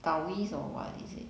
taoist or what is it